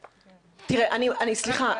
סליחה,